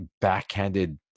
backhanded